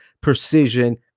precision